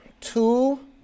Two